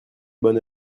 bonne